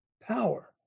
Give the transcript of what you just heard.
Power